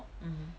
mm